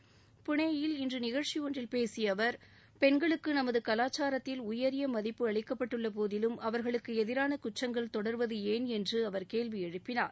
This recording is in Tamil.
இன்று புனேயில் நிகழ்ச்சி ஒன்றில் பேசிய அவர் பெண்களுக்கு நமது கலாச்சாரத்தில் உயரிய மதிப்பு அளிக்கப்பட்டுள்ள போதிலும் அவர்களுக்கு எதிரான குற்றங்கள் தொடர்வது ஏன் என்று அவர் கேள்வி எழுப்பினார்